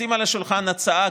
לשים על השולחן הצעה,